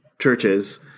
churches